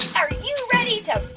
are you ready to